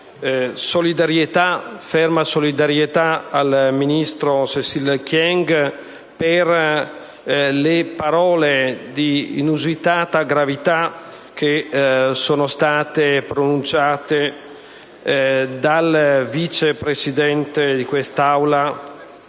ferma solidarietà al ministro Cécile Kyenge per le parole di inusitata gravità che sono state pronunciate dal Vice Presidente di quest'Aula,